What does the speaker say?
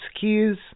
keys